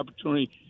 opportunity